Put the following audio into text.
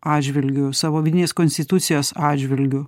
atžvilgiu savo vidinės konstitucijos atžvilgiu